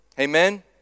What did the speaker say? Amen